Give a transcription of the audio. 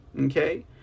okay